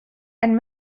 and